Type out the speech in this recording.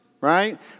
right